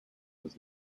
his